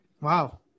Wow